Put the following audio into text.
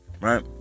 right